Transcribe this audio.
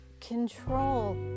control